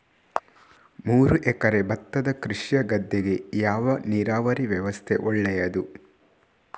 ಮೂರು ಎಕರೆ ಭತ್ತದ ಕೃಷಿಯ ಗದ್ದೆಗೆ ಯಾವ ನೀರಾವರಿ ವ್ಯವಸ್ಥೆ ಒಳ್ಳೆಯದು?